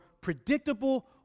predictable